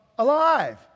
Alive